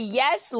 yes